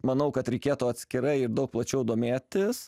manau kad reikėtų atskirai ir daug plačiau domėtis